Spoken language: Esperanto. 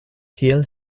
kiel